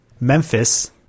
Memphis